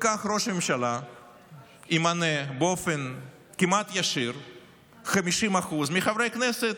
וכך ראש הממשלה ימנה באופן כמעט ישיר 50% מחברי הכנסת,